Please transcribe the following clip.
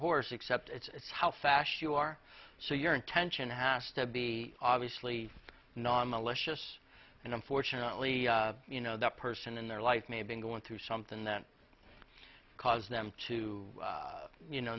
horse except it's how fast you are so your intention has to be obviously non malicious and unfortunately you know the person in their life may have been going through something that caused them to you know